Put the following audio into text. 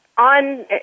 On